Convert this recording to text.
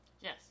Yes